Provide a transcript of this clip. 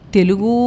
Telugu